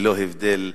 ללא הבדל דת,